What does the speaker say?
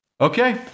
Okay